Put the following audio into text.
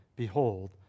Behold